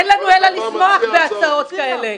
אין לנו אלא לשמוח בהצעות כאלה.